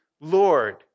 Lord